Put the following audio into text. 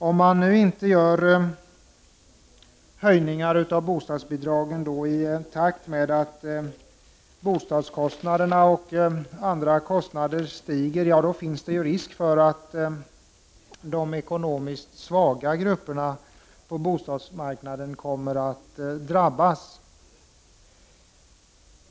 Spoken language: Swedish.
Om inte bostadsbidragen höjs i takt med att boendekostnaderna och andra kostnader stiger, då finns det risk för att de ekonomiskt svaga grupperna på bostadsmarknaden drabbas.